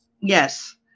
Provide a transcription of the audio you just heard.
Yes